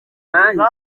nyanza